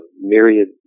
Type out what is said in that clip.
myriad